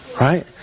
right